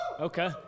Okay